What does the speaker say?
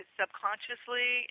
subconsciously